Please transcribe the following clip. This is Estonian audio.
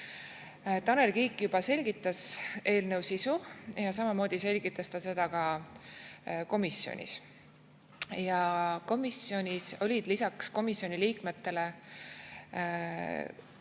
Tanel Kiik juba selgitas eelnõu sisu, samamoodi selgitas ta seda ka komisjonis. Komisjonis oli lisaks komisjoni liikmetele